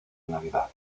navidad